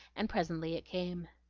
and presently it came.